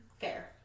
Fair